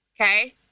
okay